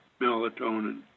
melatonin